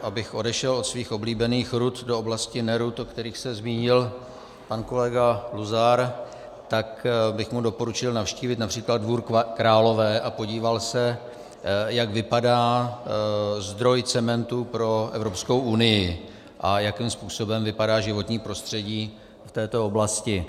Abych odešel od svých oblíbených rud do oblasti nerud, o kterých se zmínil pan kolega Luzar, tak bych mu doporučil navštívit například Dvůr Králové a podíval se, jak vypadá zdroj cementu pro Evropskou unii a jakým způsobem vypadá životní prostředí v této oblasti.